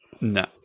No